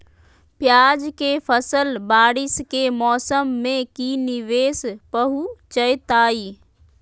प्याज के फसल बारिस के मौसम में की निवेस पहुचैताई?